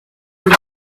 your